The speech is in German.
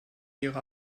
ihre